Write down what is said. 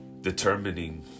determining